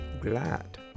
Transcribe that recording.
glad